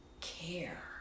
care